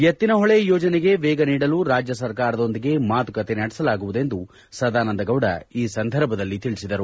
ಎತ್ತಿನಹೊಳೆ ಯೋಜನೆಗೆ ವೇಗ ನೀಡಲು ರಾಜ್ಯ ಸರ್ಕಾರದೊಂದಿಗೆ ಮಾತುಕತೆ ನಡೆಸಲಾಗುವುದೆಂದು ಸದಾನಂದ ಗೌಡ ಈ ಸಂದರ್ಭದಲ್ಲಿ ತಿಳಿಸಿದರು